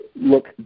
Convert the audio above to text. look